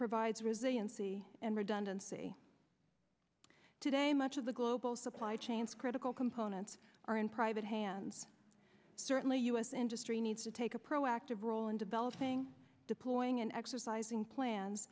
resiliency and redundancy today much of the global supply chains critical components are in private hands certainly u s industry needs to take a proactive role in developing deploying and exercising plans